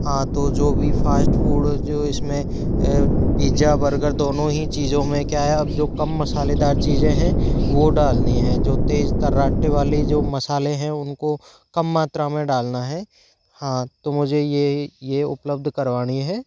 हाँ तो जो भी फ़ाष्ट फ़ूड जो इस में पिज्जा बर्गर दोनों ही चीज़ों में क्या है अब जो कम मसालेदार चीज़ें हैं वो डालनी है जो तेज़ तराटे वाली जो मसाले हैं उनको कम मात्रा में डालना है हाँ तो मुझे ये ये उपलब्ध करवानी है